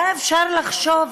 היה אפשר לחשוב,